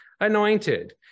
anointed